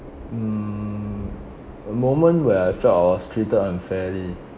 mm a moment where I felt I was treated unfairly